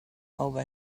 over